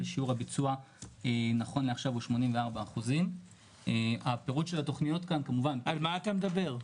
ושיעור הביצוע נכון לעכשיו הוא 84%. על מה אתה מדבר?